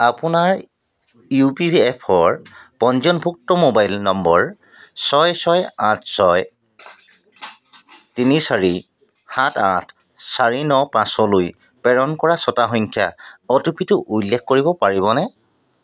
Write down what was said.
আপোনাৰ U P F O ৰ পঞ্জীয়নভুক্ত মোবাইল নম্বৰ ছয় ছয় আঠ ছয় তিনি চাৰি সাত আঠ চাৰি ন পাঁচলৈ প্ৰেৰণ কৰা ছয়টা সংখ্যা অ' টি পি টো উল্লেখ কৰিব পাৰিবনে